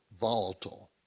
volatile